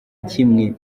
kimwe